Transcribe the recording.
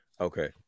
Okay